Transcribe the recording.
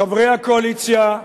חברי הקואליציה: